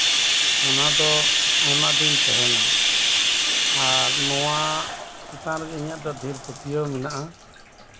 ᱚᱱᱟ ᱫᱚ ᱟᱭᱢᱟ ᱫᱤᱱ ᱛᱟᱦᱮᱸᱱᱟ ᱟᱨ ᱱᱚᱣᱟ ᱪᱮᱛᱟᱱ ᱨᱮᱜᱮ ᱤᱧᱟᱹᱜ ᱫᱚ ᱰᱷᱮᱨ ᱯᱟᱹᱛᱭᱟᱹᱣ ᱢᱮᱱᱟᱜᱼᱟ